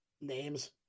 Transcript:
names